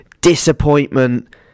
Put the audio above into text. disappointment